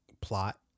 plot